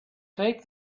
take